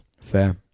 fair